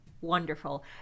Wonderful